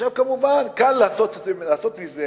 כמובן, קל לעשות מזה